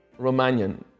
Romanian